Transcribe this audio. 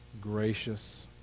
gracious